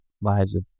lives